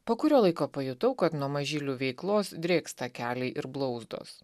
po kurio laiko pajutau kad nuo mažylių veiklos drėksta keliai ir blauzdos